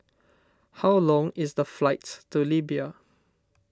how long is the flight to Libya